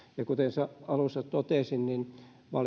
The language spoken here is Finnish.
ja kuten alussa totesin niin